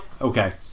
Okay